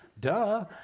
Duh